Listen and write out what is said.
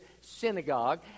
synagogue